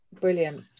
Brilliant